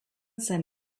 zen